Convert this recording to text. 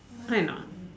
right or not